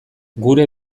gure